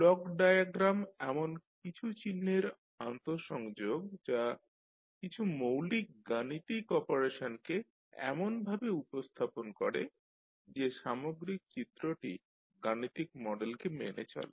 block diagram এমন কিছু চিহ্নের আন্তঃসংযোগ যা কিছু মৌলিক গাণিতিক অপারেশনকে এমনভাবে উপস্থাপন করে যে সামগ্রিক চিত্রটি গাণিতিক মডেলকে মেনে চলে